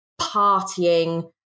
partying